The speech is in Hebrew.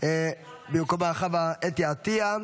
במקומו חוה אתי עטייה,